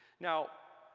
now,